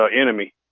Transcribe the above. enemy